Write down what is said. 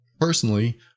Personally